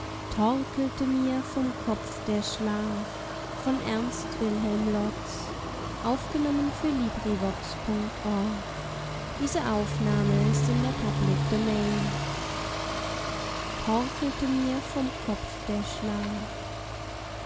torkelte mir vom kopf der schlaf torkelte mir vom kopf der schlaf